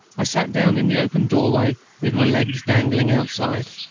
i sat down in the open doorway with my legs dangling outside,